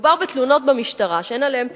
מדובר בתלונות במשטרה שאין עליהן פיקוח.